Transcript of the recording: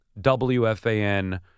WFAN